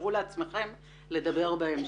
ותאפשרו לעצמכם לדבר בהמשך.